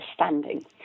understanding